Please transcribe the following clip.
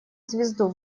звезду